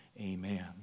Amen